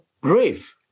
brave